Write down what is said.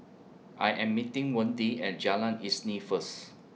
I Am meeting Wende At Jalan Isnin First